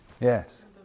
Yes